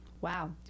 Wow